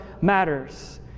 matters